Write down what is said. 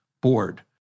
board